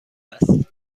است